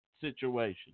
situation